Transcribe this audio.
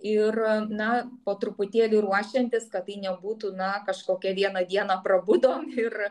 ir na po truputėlį ruošiantis kad tai nebūtų na kažkokia vieną dieną prabudo ir